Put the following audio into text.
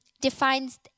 defines